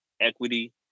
equity